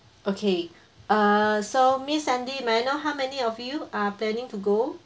okay uh so miss sandy may I know how many of you are planning to go